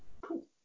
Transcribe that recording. Cool